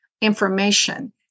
information